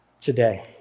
today